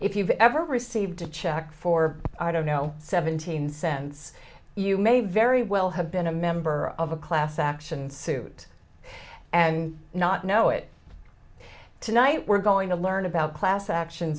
if you've ever received a check for i don't know seventeen cents you may very well have been a member of a class action suit and not know it tonight we're going to learn about class action